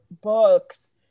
books